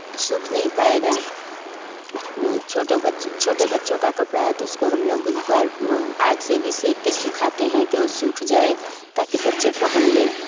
सूख नहीं पाएगा छोटे बच्चे छोटे बच्चों का कपड़ा है तो उसको हम लोग बार आग से भी सेंक के सुखाते हैं कि ओ सूख जाए ताकि बच्चे पहन ले